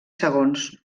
segons